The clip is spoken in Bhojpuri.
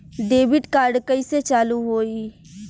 डेबिट कार्ड कइसे चालू होई?